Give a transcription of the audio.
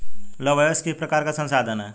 लौह अयस्क किस प्रकार का संसाधन है?